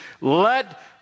let